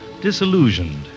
Disillusioned